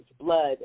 blood